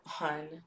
on